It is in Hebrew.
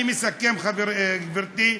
אני מסכם, גברתי.